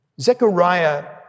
Zechariah